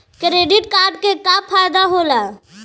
Credit card के का फायदा होला?